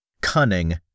cunning